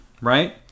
right